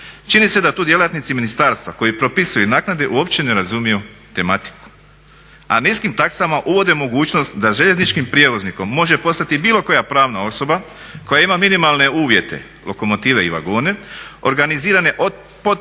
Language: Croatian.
Čini se da tu djelatnici ministarstva koji propisuju naknade uopće ne razumiju tematiku, a niskim taksama uvode mogućnost da željezničkim prijevoznikom može postati bilo koja pravna osoba koja ima minimalne uvjete lokomotive i vagone, organizirane …/Govornik